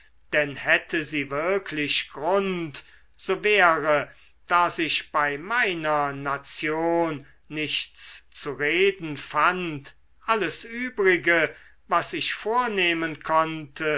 denn hätte sie wirklich grund so wäre da sich bei meiner nation nichts zu reden fand alles übrige was ich vornehmen konnte